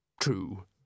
true